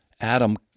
Adam